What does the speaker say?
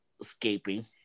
escaping